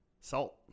Salt